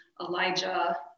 Elijah